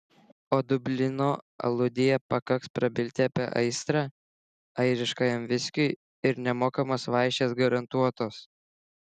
o dublino aludėje pakaks prabilti apie aistrą airiškajam viskiui ir nemokamos vaišės garantuotos